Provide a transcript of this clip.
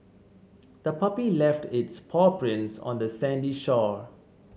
the puppy left its paw prints on the sandy shore